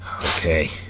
Okay